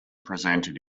presented